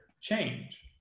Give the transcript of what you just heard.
change